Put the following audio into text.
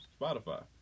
Spotify